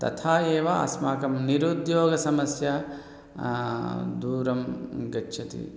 तथा एव अस्माकं निरुद्योगसमस्या दूरं गच्छति